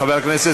חבר הכנסת